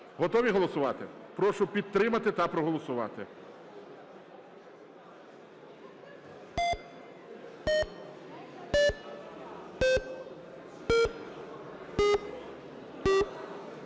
Готові голосувати? Прошу підтримати та проголосувати.